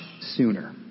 sooner